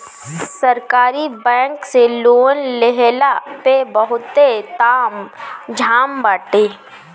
सरकारी बैंक से लोन लेहला पअ बहुते ताम झाम बाटे